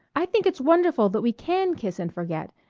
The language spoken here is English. i think it's wonderful that we can kiss and forget,